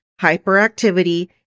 hyperactivity